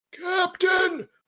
Captain